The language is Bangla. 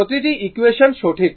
প্রতিটি ইকুয়েশন সঠিক